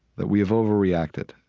that we have overreacted,